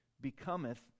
Becometh